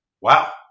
wow